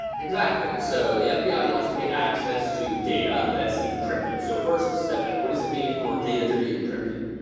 exactly, so the fbi wants to get access to data that's encrypted. so first, step back. what does it mean for data to be encrypted,